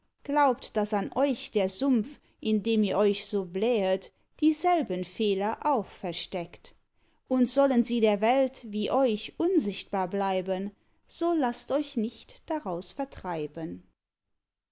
glaubt daß an euch der sumpf in dem ihr euch so blähet dieselben fehler auch versteckt und sollen sie der welt wie euch unsichtbar bleiben so laßt euch nicht daraus vertreiben